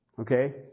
okay